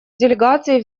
делегаций